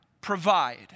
provide